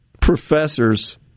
professors